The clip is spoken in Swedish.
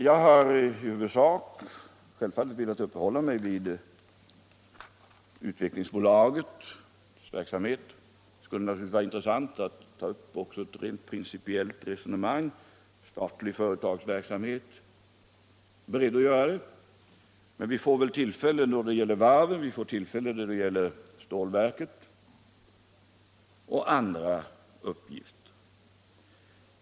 Jag har i huvudsak självfallet velat uppehålla mig vid Utvecklingsaktiebolagets verksamhet. Det skulle naturligtvis vara intressant att ta upp också ett rent principiellt resonemang om statlig företagsamhet. Jag är beredd att göra det, men vi får väl tillfälle då det gäller varven, då det gäller stålverket och i andra sammanhang.